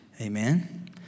Amen